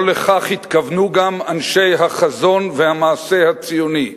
לא לכך התכוונו גם אנשי החזון והמעשה הציוני.